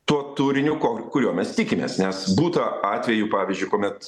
tuo turiniu ko kurio mes tikimės nes būta atvejų pavyzdžiui kuomet